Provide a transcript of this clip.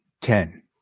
Ten